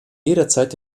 jederzeit